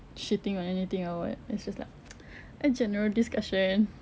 shitting on anything or what it's just like a general discussion